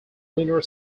linear